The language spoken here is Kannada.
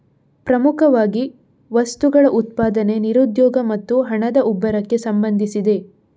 ಪ್ರಮುಖವಾಗಿ ವಸ್ತುಗಳ ಉತ್ಪಾದನೆ, ನಿರುದ್ಯೋಗ ಮತ್ತೆ ಹಣದ ಉಬ್ಬರಕ್ಕೆ ಸಂಬಂಧಿಸಿದೆ